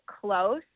close